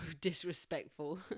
disrespectful